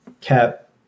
cap